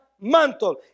mantle